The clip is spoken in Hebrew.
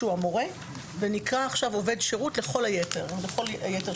שהוא המורה ונקרא עכשיו עובד שירות לכל היתר שמיניתי.